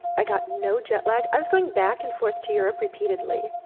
i got no jet lag, i was going back and forth to europe repeatedly,